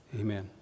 Amen